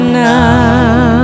now